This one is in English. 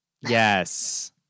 yes